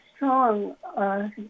Strong